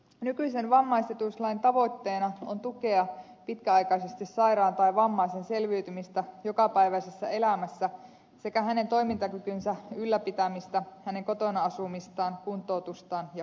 nykyisen vammaisetuuslain tavoitteena on tukea pitkäaikaisesti sairaan tai vammaisen selviytymistä jokapäiväisessä elämässä sekä hänen toimintakykynsä ylläpitämistä hänen kotona asumistaan kuntoutustaan ja hoitoa